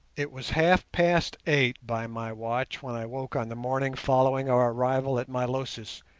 it was half-past eight by my watch when i woke on the morning following our arrival at milosis,